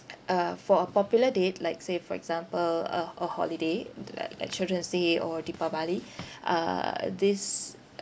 uh for a popular date like say for example a a holiday uh like like children's day or deepavali uh these